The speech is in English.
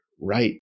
right